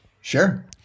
Sure